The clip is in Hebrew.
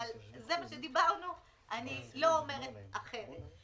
אבל זה מה שדיברנו ואני לא אומרת אחרת.